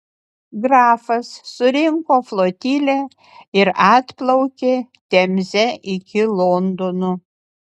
grafas surinko flotilę ir atplaukė temze iki londono